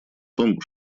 том